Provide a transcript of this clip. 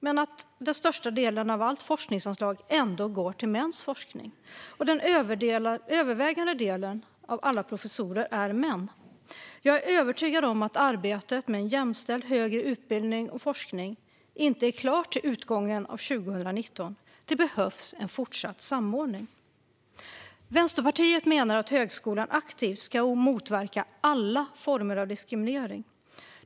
Ändå går den största delen av alla forskningsanslag till mäns forskning, och den övervägande delen av alla professorer är män. Jag är övertygad om att arbetet med en jämställd högre utbildning och forskning inte är klart till utgången av 2019. Det behövs en fortsatt samordning. Vänsterpartiet menar att högskolan aktivt ska motverka alla former av diskriminering.